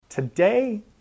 Today